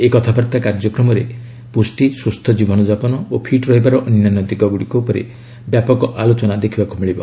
ଏହି କଥାବାର୍ତ୍ତା କାର୍ଯ୍ୟକ୍ରମରେ ପୁଷ୍ଟି ସୁସ୍ଥ ଜୀବନଯାପନ ଓ ଫିଟ୍ ରହିବାର ଅନ୍ୟାନ୍ୟ ଦିଗଗୁଡ଼ିକ ଉପରେ ବ୍ୟାପକ ଆଲୋଚନା ଦେଖିବାକୁ ମିଳିବ